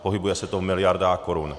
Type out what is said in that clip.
Pohybuje se to v miliardách korun.